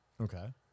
Okay